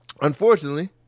Unfortunately